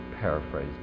paraphrase